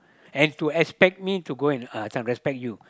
and to expect me to go and uh this one respect you